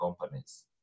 companies